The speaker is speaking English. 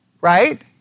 right